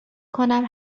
کنم